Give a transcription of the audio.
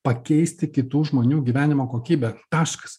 pakeisti kitų žmonių gyvenimo kokybę taškas